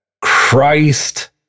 Christ